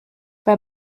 bei